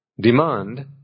demand